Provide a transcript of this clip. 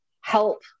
help